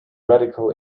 radical